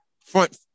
front